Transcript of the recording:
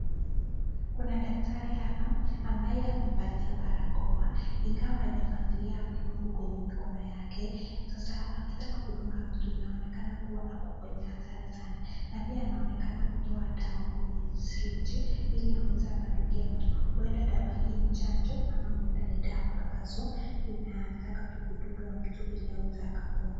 Kuna daktari hapa ambaye amevaa barakoa ingawa hajafungia glavu kwenye mikono yake. Sasa akitaka kudunga mtu inaonekana kuwa ako kwenye hatari sana. Na pia anaonekana kutoa dawa kwenye sirinji ili aweze akadungia mtu. Huenda dawa hii ni chanjo ama huenda ni dawa ambazo inataka tu kudunga mtu ili aweze akapona.